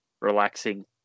relaxing